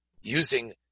using